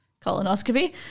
colonoscopy